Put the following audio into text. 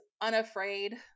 unafraid